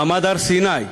מעמד הר-סיני,